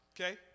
okay